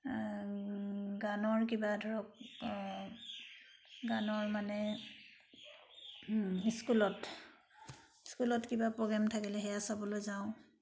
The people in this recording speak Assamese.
গানৰ কিবা ধৰক গানৰ মানে স্কুলত স্কুলত কিবা প্ৰগ্ৰেম থাকিলে সেইয়া চাবলৈ যাওঁ